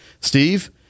Steve